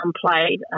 played